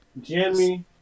Jimmy